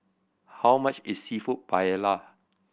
how much is Seafood Paella